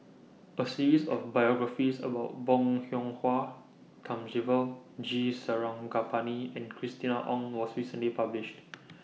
A series of biographies about Bong Hiong Hwa Thamizhavel G Sarangapani and Christina Ong was recently published